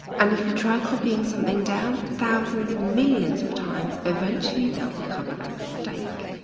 and if you try copying something down, thousands, millions of times, eventually they'll become a mistake.